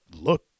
look